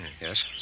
Yes